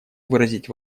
выразить